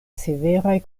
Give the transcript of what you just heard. severaj